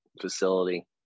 facility